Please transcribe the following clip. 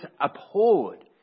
abhorred